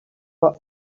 were